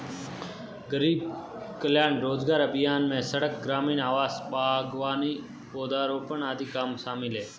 गरीब कल्याण रोजगार अभियान में सड़क, ग्रामीण आवास, बागवानी, पौधारोपण आदि काम शामिल है